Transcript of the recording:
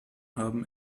haben